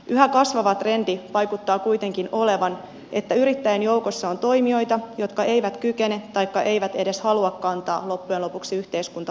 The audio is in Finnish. yhä kasvava trendi vaikuttaa kuitenkin olevan että yrittäjien joukossa on toimijoita jotka eivät kykene taikka eivät edes halua kantaa loppujen lopuksi yhteiskuntavastuitaan